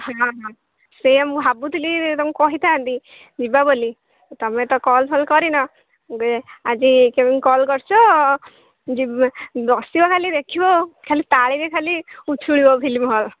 ହଁ ହଁ ସେ ଭାବୁଥିଲି ତମକୁ କହିଥାନ୍ତି ଯିବା ବୋଲି ତମେ ତ କଲ୍ ଫଲ୍ କରିନ ଆଜି କେମିତି କଲ୍ କରିଛ ଖାଲି ଦେଖିବ ଖାଲି ତାଳିରେ ଖାଲି ଉଛୁଳିବ ଫିଲ୍ମ ହଲ୍